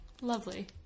lovely